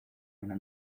una